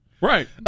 Right